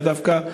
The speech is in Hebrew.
דווקא,